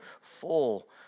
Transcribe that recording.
full